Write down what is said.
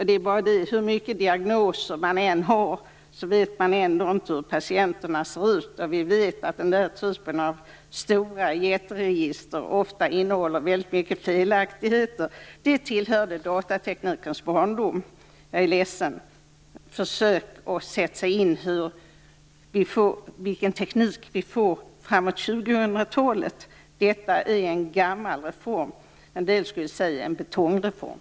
Det är bara det att hur mycket diagnoser man än har, vet man ändå inte hur patienterna ser ut. Vi vet att den där typen av jätteregister ofta innehåller väldigt mycket felaktigheter. De tillhörde datateknikens barndom. Jag är ledsen, men socialministern borde försöka sätta sig in i vilken teknik vi kommer att få fram emot 2000 talet. Detta är en gammal reform. En del skulle säga en "betongreform".